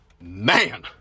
Man